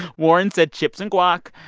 warren said chips and guac.